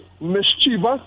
mischievous